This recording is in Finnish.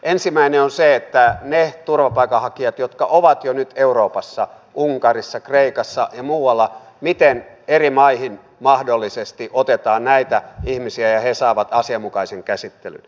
ensimmäinen on se miten niitä turvapaikanhakijoita jotka ovat jo nyt euroopassa unkarissa kreikassa ja muualla eri maihin mahdollisesti otetaan ja he saavat asianmukaisen käsittelyn